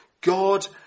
God